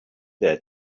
their